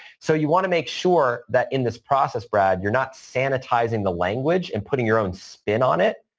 so, you want to make sure that in this process, brad, you're not sanitizing the language and putting your own spin on it.